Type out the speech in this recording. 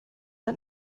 ein